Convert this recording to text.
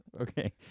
Okay